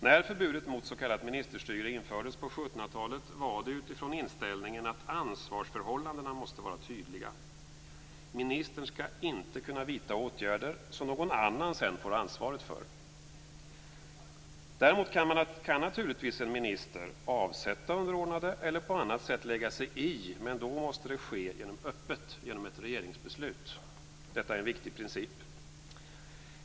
När förbudet mot s.k. ministerstyre infördes på 1700-talet var det utifrån inställningen att ansvarsförhållandena måste vara tydliga. Ministern skall inte kunna vidta åtgärder som någon annan sedan får ansvaret för. Däremot kan naturligtvis en minister avsätta underordnade eller på annat sätt lägga sig i. Men då måste det ske öppet, genom ett regeringsbeslut. Detta är en viktig princip.